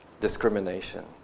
discrimination